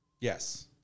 Yes